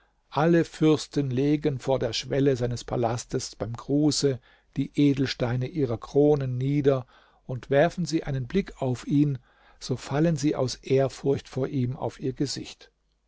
alle fürsten legen vor der schwelle seines palasts beim gruße die edelsteine ihrer kronen nieder und werfen sie einen blick auf ihn so fallen sie aus ehrfurcht vor ihm auf ihr gesicht